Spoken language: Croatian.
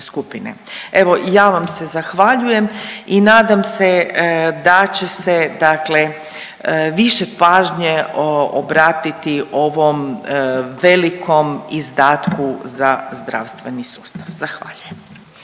Evo ja vam se zahvaljujem i nadam se da će više pažnje obratiti ovom velikom izdatku za zdravstveni sustav. Zahvaljujem.